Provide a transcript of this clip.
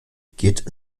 geht